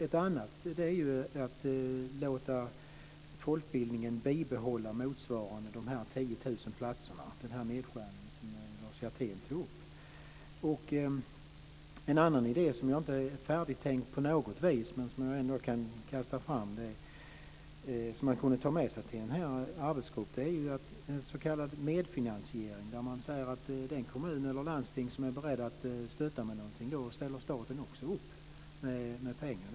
Ett annat förslag är att låta folkbildningen behålla resurser motsvarande de 10 000 platserna, dvs. den nedskärning som Lars Hjertén berörde. En annan idé som inte är färdigtänkt på något vis, men som jag ändå kan kasta fram och som man kan ta med sig till arbetsgruppen, gäller s.k. medfinansiering. Om en kommun, eller ett landsting, är beredd att stötta ställer staten också upp med pengar.